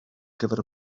gyfer